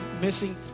missing